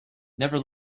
never